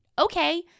okay